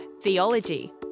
Theology